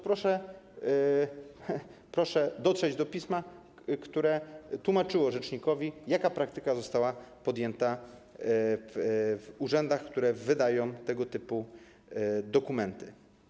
Proszę dotrzeć do pisma, które tłumaczyło rzecznikowi, jaka praktyka została podjęta w urzędach, które wydają tego typu dokumenty.